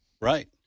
Right